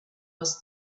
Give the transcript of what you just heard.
was